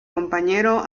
compañero